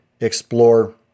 explore